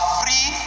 free